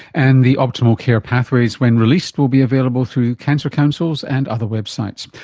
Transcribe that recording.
and the optimal care pathways, when released will be available through cancer councils and other websites.